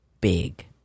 big